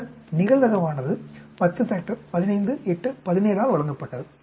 பின்னர் நிகழ்தகவானது 10 15 8 17 ஆல் வழங்கப்பட்டது